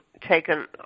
taken